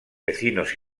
vecinos